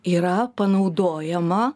yra panaudojama